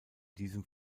diesem